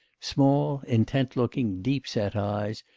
small, intent-looking, deep-set eyes,